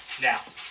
Now